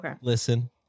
listen